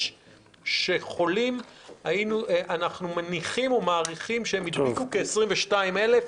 שחולים אנחנו מעריכים ומניחים שהם הדביקו כ-22,000.